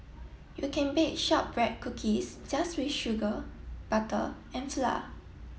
you can bake shortbread cookies just with sugar butter and flour